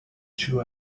two